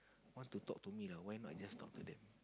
want to me ah why not I just talk to them